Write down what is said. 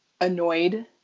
annoyed